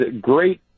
great